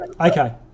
Okay